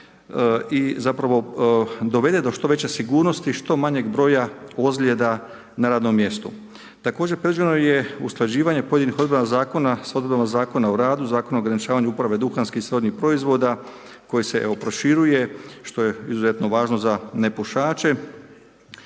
i zapravo dovede do što veće sigurnosti, što manjeg broja ozljeda na radnom mjestu. Također predviđeno je usklađivanje pojedinih odredaba zakona s odredbama Zakona o radu, Zakona o ograničavanju duhanskih i srodnih proizvoda koji se evo proširuje što je izuzetno važno za nepušače.